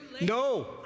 No